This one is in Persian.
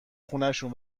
خونشون